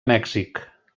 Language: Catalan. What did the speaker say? mèxic